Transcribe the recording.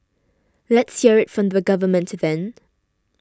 let's hear it from the government then